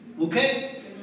Okay